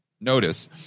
notice